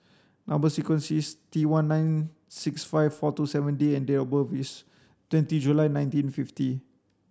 number sequence is T one nine six five four two seven D and date of birth is twenty July nineteen fifty